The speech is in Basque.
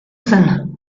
zen